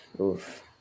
Oof